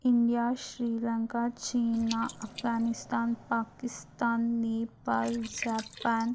India Sri Lanka China Afghanistan Pakistan Nepal Japan